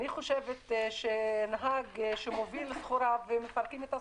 אני חושבת שנהג שמוביל סחורה ומפרקים את הסחורה,